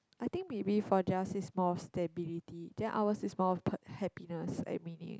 I think maybe for theirs is more of stability then ours is more of happiness and meaning